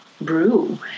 brew